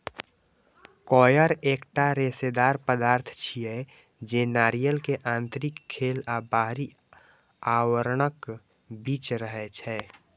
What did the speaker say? coir एकटा रेशेदार पदार्थ छियै, जे नारियल के आंतरिक खोल आ बाहरी आवरणक बीच रहै छै